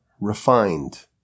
refined